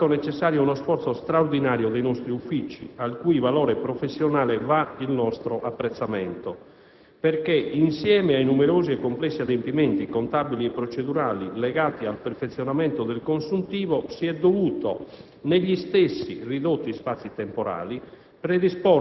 è stato necessario uno sforzo straordinario dei nostri uffici, al cui valore professionale va il nostro apprezzamento. Infatti, insieme ai numerosi e complessi adempimenti contabili e procedurali legati al perfezionamento del consuntivo, si è dovuto negli stessi ridotti spazi temporali